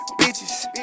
bitches